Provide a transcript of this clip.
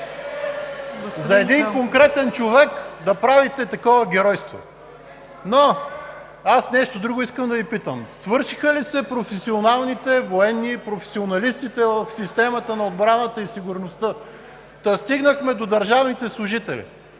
За един конкретен човек да правите такова геройство. Но нещо друго искам да Ви питам: свършиха ли се професионалните военни и професионалистите в системата на отбраната и сигурността, та стигнахме до държавните служители?